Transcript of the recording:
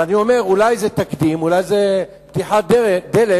אבל אני אומר, אולי זה תקדים, אולי זו פתיחת דלת